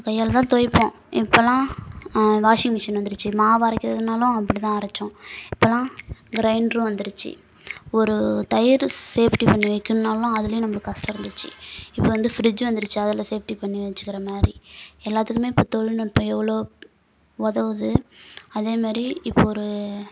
கையால்தான் துவைப்போம் இப்போல்லாம் washing machine வந்துருச்சு மாவு அரைக்கிறதுனாலும் அப்படிதான் அரைச்சோம் இப்பெல்லாம் கிரைண்டரும் வந்துருச்சு ஒரு தயிர் சேஃப்டி பண்ணி வைக்கணும்னாலும் அதுலையும் நம்பளுக்கு கஷ்டம் இருந்துச்சு இப்போ வந்து ஃபிரிட்ஜி வந்துருச்சு அதில் சேஃப்டி பண்ணி வெச்சுக்கிற மாதிரி எல்லாத்துக்குமே இப்போ தொழில்நுட்பம் எவ்வளவோ உதவுது அதே மாதிரி இப்போ ஒரு